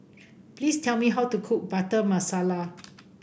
please tell me how to cook Butter Masala